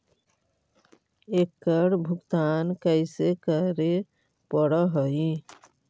एकड़ भुगतान कैसे करे पड़हई?